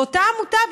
ואותה עמותה,